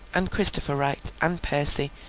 and christopher wright, and percy,